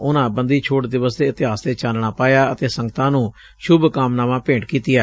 ਉਨੂਾ ਬੰਦੀ ਛੋੜ ਦਿਵਸ ਦੇ ਇਤਿਹਾਸ ਤੇ ਚਾਨਣਾ ਪਾਇਆ ਅਤੇ ਸੰਗਤਾਂ ਨੂੰ ਸ਼ੁਭ ਕਾਮਨਾਵਾਂ ਭੇਂਟ ਕੀਤੀਆਂ